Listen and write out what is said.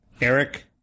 Eric